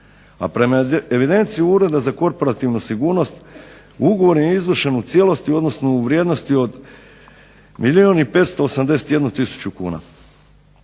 a prema evidenciji Ureda za korporativnu sigurnost ugovor nije izvršen u cijelosti odnosno u vrijednosti od milijun